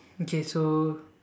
okay so